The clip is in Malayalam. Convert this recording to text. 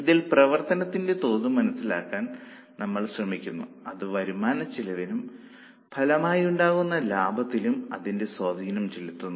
ഇതിൽ പ്രവർത്തനത്തിന്റെ തോത് മനസ്സിലാക്കാൻ നമ്മൾ ശ്രമിക്കുന്നു അത് വരുമാനച്ചെലവിലും ഫലമായുണ്ടാകുന്ന ലാഭത്തിലും അതിന്റെ സ്വാധീനം ചെലുത്തുന്നു